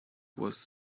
was